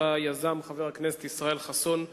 שיזם חבר הכנסת ישראל חסון,